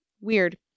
Weird